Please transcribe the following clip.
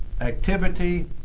activity